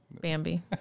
bambi